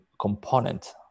component